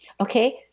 okay